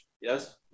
Yes